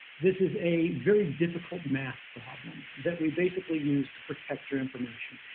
this is a very difficult math problem that we basically use to protect your information.